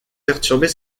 perturber